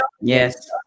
Yes